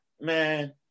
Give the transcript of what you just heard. man